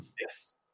yes